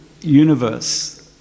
universe